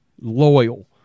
loyal